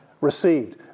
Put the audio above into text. received